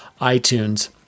iTunes